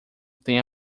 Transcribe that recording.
tem